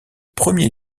premier